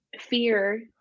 fear